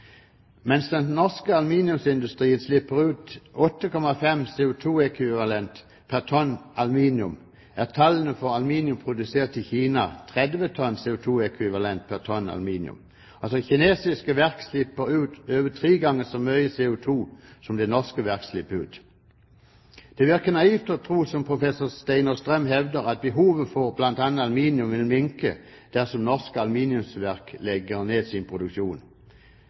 Mens den norske aluminiumsindustrien slipper ut 8,5 tonn CO2-ekvivalent pr. tonn aluminium, er tallene for aluminium produsert i Kina 30 tonn CO2-ekvivalent pr. tonn aluminium. Altså: Kinesiske verk slipper ut over tre ganger så mye CO2 som de norske verkene slipper ut. Det virker naivt å tro, som professor Steinar Strøm hevder, at behovet for bl.a. aluminium vil minke dersom norske aluminiumsverk legger ned sin produksjon.